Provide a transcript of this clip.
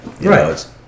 Right